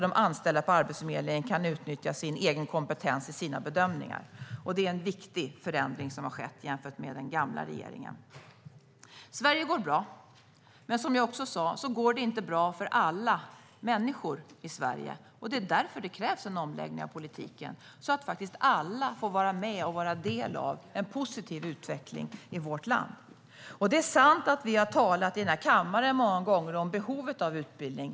De anställda på Arbetsförmedlingen kan utnyttja sin egen kompetens i sina bedömningar. Det är en viktig förändring som skett jämfört med den gamla regeringens tid. Sverige går bra. Men som jag sa går det inte bra för alla människor i Sverige. Det är därför det krävs en omläggning av politiken, så att alla får vara med om den positiva utvecklingen i vårt land. Det är sant att vi många gånger har talat i den här kammaren om behovet av utbildning.